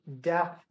death